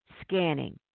scanning